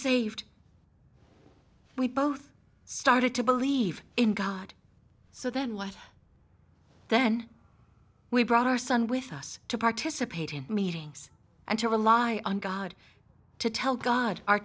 saved we both started to believe in god so then what then we brought our son with us to participate in meetings and to rely on god to tell god our